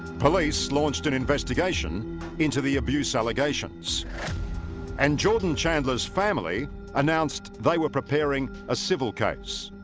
police launched an investigation into the abuse allegations and jordan chandler's family announced they were preparing a civil case